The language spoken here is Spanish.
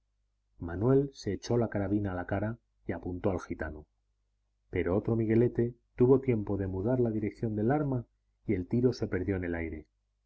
manuel se echó la carabina a la cara y apuntó al gitano pero otro miguelete tuvo tiempo de mudar la dirección del arma y el tiro se perdió en el aire